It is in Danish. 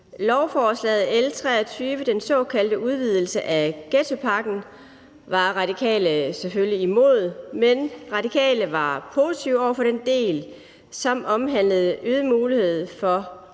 Lovforslag L 23, den såkaldte udvidelse af ghettopakken, var Radikale selvfølgelig imod, men Radikale var positive over for den del, som omhandlede øget mulighed for